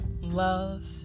love